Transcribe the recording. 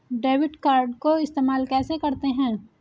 Debit card को इस्तेमाल कैसे करते हैं?